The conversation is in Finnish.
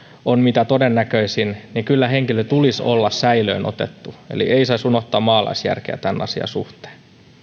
on mitä todennäköisintä niin kyllä henkilön tulisi olla säilöön otettu eli ei saisi unohtaa maalaisjärkeä tämän asian suhteen